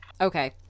okay